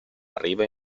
arrivo